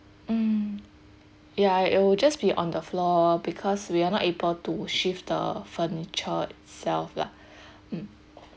mm ya it will just be on the floor because we are not able to shift the furniture itself lah mm